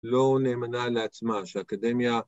‫לא נאמנה לעצמה, שאקדמיה...